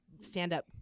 stand-up